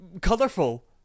colorful